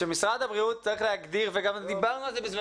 שמשרד הבריאות צריך להגדיר וגם דיברנו על זה בזמנו